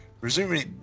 Presumably